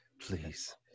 please